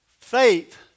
Faith